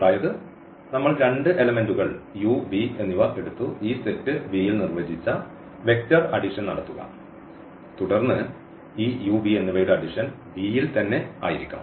അതായത് നമ്മൾ രണ്ട് എലെമെന്റുകൾ u v എടുത്തു ഈ സെറ്റ് V യിൽ നിർവചിച്ച വെക്റ്റർ അഡിഷൻ നടത്തുക തുടർന്ന് ഈ u v എന്നിവയുടെ അഡിഷൻ V യിൽ തന്നെയായിരിക്കണം